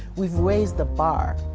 we've raised the bar.